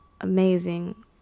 amazing